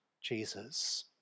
Jesus